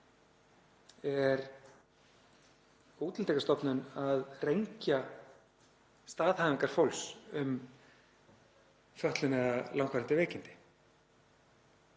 er Útlendingastofnun að rengja staðhæfingar fólks um fötlun eða langvarandi veikindi,